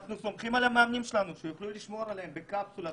אנחנו סומכים על המאמנים שיוכלו לשמור עליהם בקפסולה,